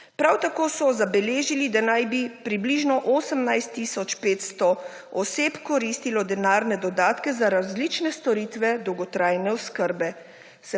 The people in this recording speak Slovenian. Prav tako so zabeležili, da naj bi približno 18.500 oseb koristilo denarne dodatke za različne storitve dolgotrajne oskrbe,